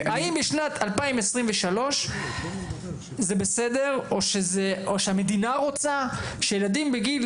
האם בשנת 2023 זה בסדר או שהמדינה רוצה שילדים בגיל